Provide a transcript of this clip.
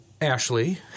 Ashley